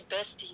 bestie